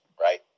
right